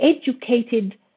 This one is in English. educated